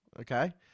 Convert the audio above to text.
okay